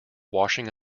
washing